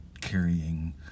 carrying